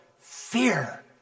fear